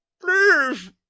Please